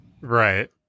Right